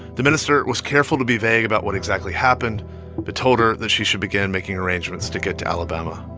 the minister was careful to be vague about what exactly happened but told her that she should begin making arrangements to get to alabama